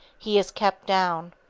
he is kept down.